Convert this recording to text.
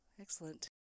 Excellent